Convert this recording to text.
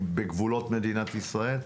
בגבולות מדינת ישראל.